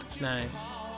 nice